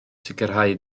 sicrhau